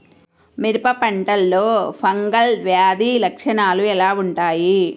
మిరప పంటలో ఫంగల్ వ్యాధి లక్షణాలు ఎలా వుంటాయి?